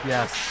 Yes